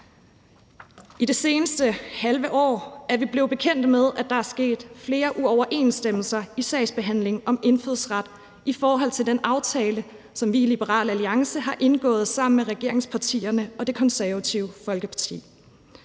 I det seneste halve år er vi blevet bekendt med, at der er sket flere uoverensstemmelser i sagsbehandlingen om indfødsret i forhold til den aftale, som vi i Liberal Alliance har indgået sammen med regeringspartierne og Det Konservative Folkeparti.